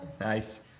Nice